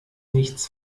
nichts